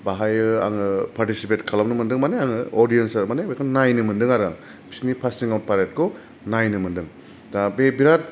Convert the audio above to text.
बाहाय आङो पार्टिसिपेट खालामनो मोन्दों माने आङो अदियेन्सा माने बेखौ नायनो मोन्दों आरो बिसोरनि पासिं आउट पेरेडखौ नायनो मोन्दों दा बे बिरात